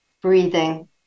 breathing